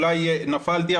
אולי נפלתי,